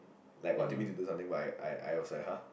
like wanted to me to do something but I I I I was like !huh!